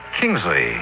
Kingsley